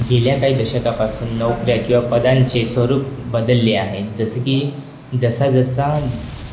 गेल्या काही दशकापासून नोकऱ्या किंवा पदांचे स्वरूप बदलले आहेत जसं की जसा जसा